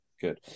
Good